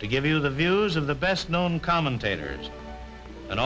to give you the views of the best known commentators and